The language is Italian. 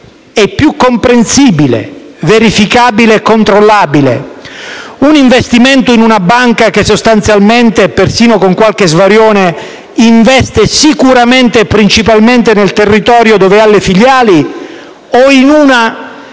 È più comprensibile, verificabile e controllabile un investimento in una banca che sostanzialmente, e persino con qualche svarione, investe sicuramente e principalmente nel territorio in cui ha le filiali, o in una